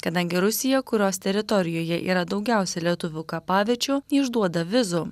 kadangi rusija kurios teritorijoje yra daugiausia lietuvių kapaviečių neišduoda vizų